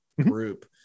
group